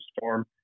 Storm